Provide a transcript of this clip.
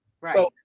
Right